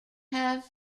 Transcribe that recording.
have